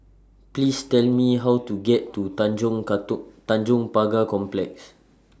Please Tell Me How to get to Tanjong cartoon Tanjong Pagar Complex